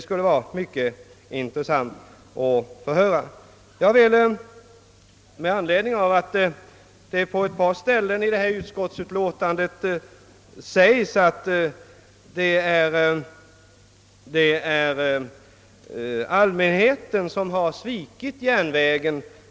På ett par ställen i utskottsutlåtandet framhålls att det är allmänheten som har svikit järnvägen.